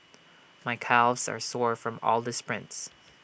my calves are sore from all the sprints